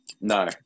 no